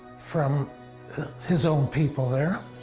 from his own people there.